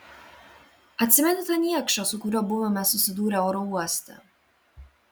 atsimeni tą niekšą su kuriuo buvome susidūrę oro uoste